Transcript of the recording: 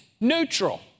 neutral